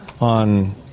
on